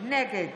נגד